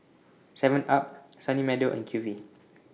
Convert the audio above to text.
Seven up Sunny Meadow and Q V